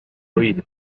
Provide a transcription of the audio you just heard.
oído